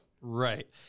Right